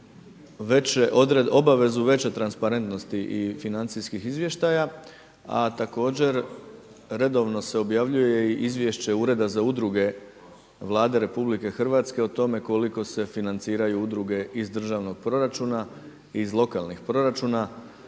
obavezu veće transparentnosti i financijskih izvještaja, a također redovno se objavljuje i izvješće Ureda za udruge Vlade RH o tome koliko se financiraju udruge iz državnog proračuna i iz lokalnih proračuna.